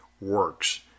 works